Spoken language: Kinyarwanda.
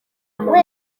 kuba